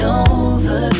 over